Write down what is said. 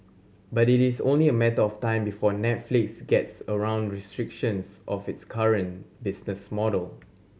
but it is only a matter of time before Netflix gets around restrictions of its current business model